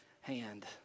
hand